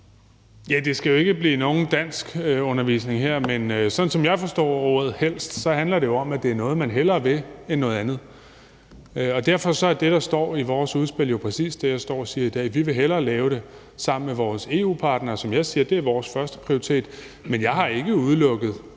Bek): Det skal jo ikke blive nogen danskundervisning her, men sådan som jeg forstår ordet helst, handler det jo om, at det er noget, man hellere vil, end noget andet. Derfor er det, der står i vores udspil, jo præcis det samme, jeg står og siger i dag, altså at vi hellere vil lave det sammen med vores EU-partnere, hvor jeg siger, at det er vores førsteprioritet. Jeg har ikke udelukket,